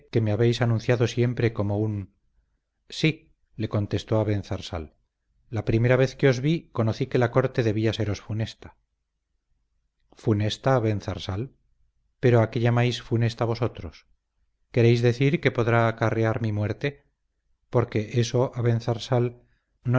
me habéis anunciado siempre como un sí le contestó abenzarsal la primera vez que os vi conocí que la corte debía seros funesta funesta abenzarsal pero a qué llamáis funesta vosotros queréis decir que podrá acarrear mi muerte porque eso abenzarsal no